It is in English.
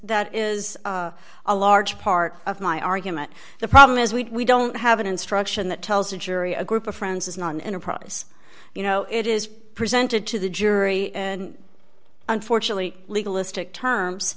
that is a large part of my argument the problem is we don't have an instruction that tells a jury a group of friends is not an enterprise you know it is presented to the jury and unfortunately